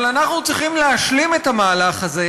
אבל אנחנו צריכים להשלים את המהלך הזה,